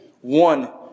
one